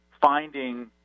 finding